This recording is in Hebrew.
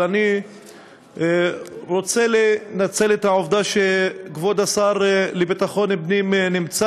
אבל אני רוצה לנצל את העובדה שכבוד השר לביטחון פנים נמצא